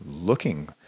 looking